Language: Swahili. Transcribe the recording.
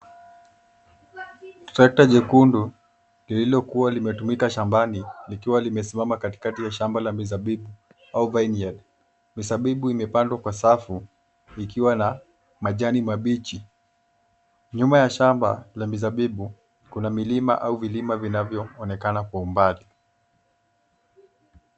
Trakta jekundu lililokua limetumika shambani likiwa limesimama katikati ya shamba la mizabibu au vineyard . Mizabibu imepandwa kwa safu ikiwa na majani mabichi. Nyuma ya shamba la mizabibu kuna milima au vilima vinavyoonekana kwa umbali.